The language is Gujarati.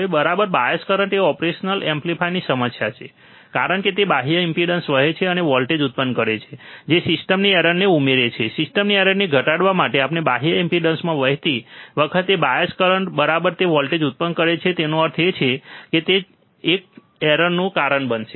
હવે બાયસ કરંટ એ ઓપરેશન એમ્પ્લીફાયરની સમસ્યા છે કારણ કે તે બાહ્ય ઇમ્પેડન્સમાં વહે છે અને વોલ્ટેજ ઉત્પન્ન કરે છે જે સિસ્ટમની એરરને ઉમેરે છે સિસ્ટમની એરરને ઘટાડવા માટે અથવા બાહ્ય ઇમ્પેડન્સમાં વહેતી વખતે બાયસ કરંટ બરાબર તે વોલ્ટેજ ઉત્પન્ન કરે છે તેનો અર્થ એ છે કે તે એક એરરનું કારણ બનશે